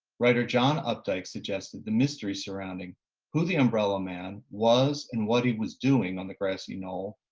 writer john updike suggested the mystery surrounding who the umbrella man was and what he was doing on the grassy knoll,